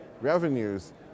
revenues